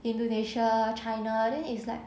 Indonesia China then is like